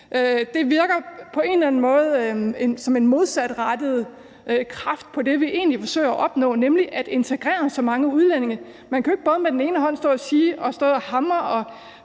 Det virker på en eller anden måde som en modsatrettet kraft på det, som vi egentlig forsøger at opnå, nemlig at integrere mange udlændinge. Man kan jo ikke med den ene hånd stå og tordne